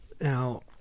Now